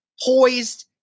poised